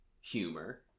humor